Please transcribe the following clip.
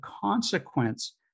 consequence